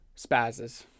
Spazzes